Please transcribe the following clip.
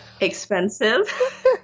expensive